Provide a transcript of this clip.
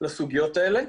לסוגיות האלה,